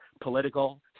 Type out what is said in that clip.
political